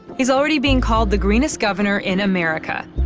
he's already being called the greenest governor in america.